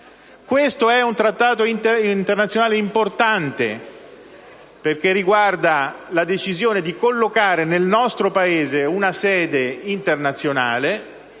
esame è un Trattato internazionale importante, perché riguarda la decisione di collocare nel nostro Paese la sede di un Programma